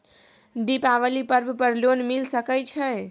दीपावली पर्व पर लोन मिल सके छै?